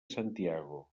santiago